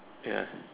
ya